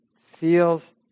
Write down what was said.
feels